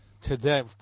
today